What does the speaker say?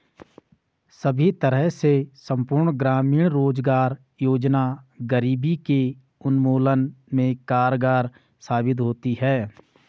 सभी तरह से संपूर्ण ग्रामीण रोजगार योजना गरीबी के उन्मूलन में कारगर साबित होती है